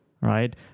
right